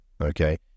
okay